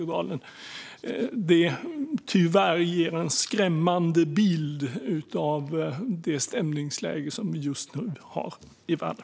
Det ger tyvärr en skrämmande bild av det stämningsläge som vi just nu har i världen.